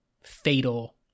fatal